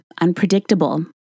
unpredictable